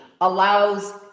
allows